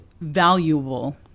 valuable